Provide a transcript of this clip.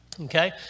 Okay